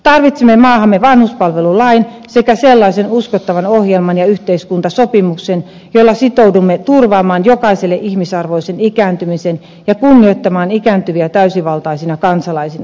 tarvitsemme maahamme vanhuspalvelulain sekä sellaisen uskottavan ohjelman ja yhteiskuntasopimuksen jolla sitoudumme turvaamaan jokaiselle ihmisarvoisen ikääntymisen ja kunnioittamaan ikääntyviä täysivaltaisina kansalaisina